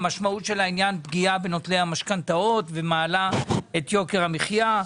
המשמעות של העניין פגיעה בנוטלי המשכנתאות ומעלה את יוקר המחיה.